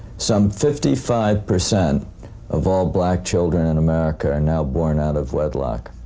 some fifty five percent of all black children in america are now born out of wedlock.